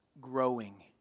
growing